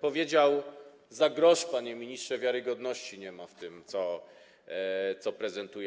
powiedział - za grosz, panie ministrze, wiarygodności nie ma w tym, co prezentujecie.